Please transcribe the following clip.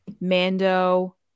Mando